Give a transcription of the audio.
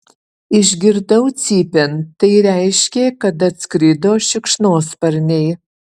išgirdau cypiant tai reiškė kad atskrido šikšnosparniai